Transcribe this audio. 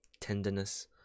tenderness